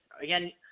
Again